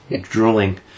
Drooling